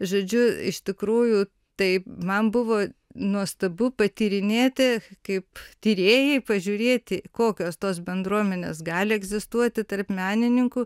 žodžiu iš tikrųjų taip man buvo nuostabu patyrinėti kaip tyrėjai pažiūrėti kokios tos bendruomenės gali egzistuoti tarp menininkų